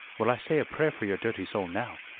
will i say a prayer for your dirty soul now,